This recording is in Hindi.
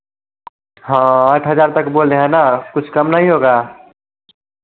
हाँ आठ हज़ार तक बोल रहे है ना कुछ कम नहीं होगा